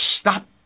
Stop